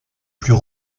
plus